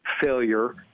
failure